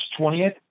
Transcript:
20th